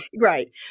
Right